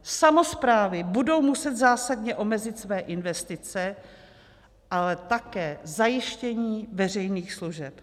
Samosprávy budou muset zásadně omezit své investice, ale také zajištění veřejných služeb.